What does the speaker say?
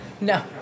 No